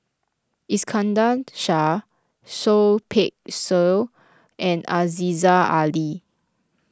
Iskandar Shah Seah Peck Seah and Aziza Ali